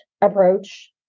approach